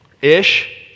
Ish